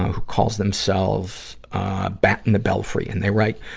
who calls themself bat in the belfry, and they write